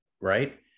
right